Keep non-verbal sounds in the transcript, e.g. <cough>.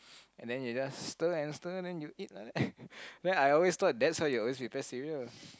and then you just stir and stir then you eat lah <laughs> then I thought that's how you always prepare cereal